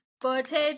footage